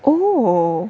oh